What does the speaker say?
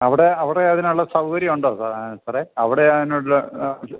അവിടെ അവിടെ അതിനുള്ള സൗകര്യം ഉണ്ടോ സാർ അത്ര അവിടെ അതിനുള്ള അതിനുള്ള